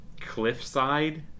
Cliffside